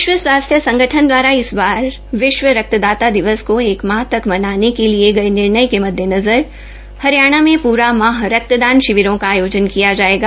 विश्व स्वास्थ्य संगठन दवारा इस बार विश्व रक्त्दाता दिवस को एक माह तक मनाने तक के लिए निर्णय के मददेनज़र हरियाणा में प्रा माह रक्त शिविरों का आयोजना किया जायेग